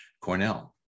Cornell